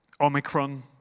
Omicron